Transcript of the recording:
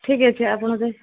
ଠିକ୍ ଅଛି ଆପଣ ଯେ